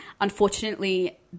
Unfortunately